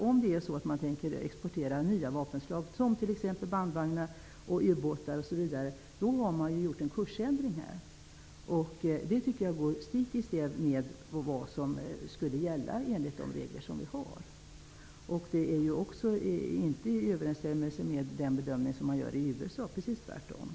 Om Sverige börjar exportera nya vapenslag, t.ex. bandvagnar och ubåtar, har vi gjort en kursändring. Jag tycker att detta går stick i stäv med vad som gäller enligt de regler vi har. Det är heller inte i överenstämmelse med den bedömning man gör i USA, utan det är precis tvärtom.